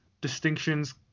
distinctions